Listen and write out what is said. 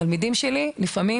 תלמידים שלי, שכאילו